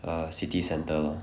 err city centre lor